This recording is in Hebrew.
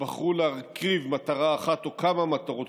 שבחרו להקריב מטרה אחת או כמה מטרות,